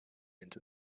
into